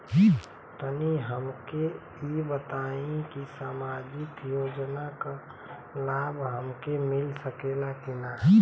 तनि हमके इ बताईं की सामाजिक योजना क लाभ हमके मिल सकेला की ना?